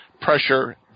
pressure